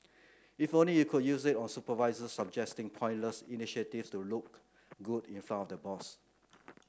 if only you could use it on supervisors pointless initiative to look good in front of the boss